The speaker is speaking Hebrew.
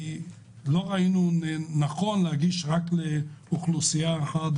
כי לא ראינו לנכון להגיש מתורגמן